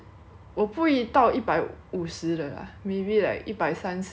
我不会到一百五十的 lah maybe like 一百三十